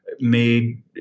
made